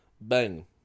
Bang